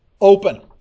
open